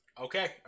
Okay